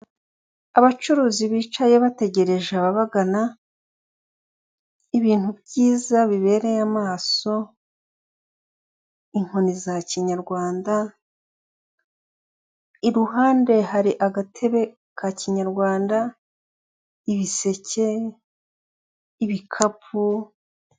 Abacuruzi bicaye bategereje ababagana ibintu byiza bibereye amaso inkoni za Kinyarwanda, i ruhande hari agatebe ka Kinyarwanda, ibiseke, ibikapu.